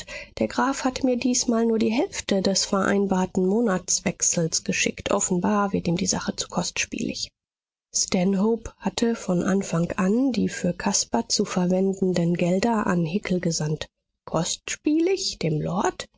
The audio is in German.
der graf hat mir diesmal nur die hälfte des vereinbarten monatswechsels geschickt offenbar wird ihm die sache zu kostspielig stanhope hatte von anfang an die für caspar zu verwendenden gelder an hickel gesandt kostspielig dem lord